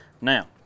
Now